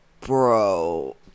bro